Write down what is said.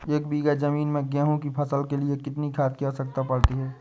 एक बीघा ज़मीन में गेहूँ की फसल के लिए कितनी खाद की आवश्यकता पड़ती है?